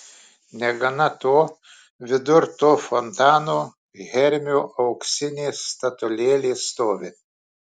negana to vidur to fontano hermio auksinė statulėlė stovi